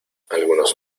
algunos